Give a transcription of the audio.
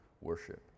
worship